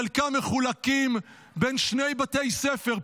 חלקם מחולקים בין שני בתי ספר,